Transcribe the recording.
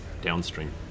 downstream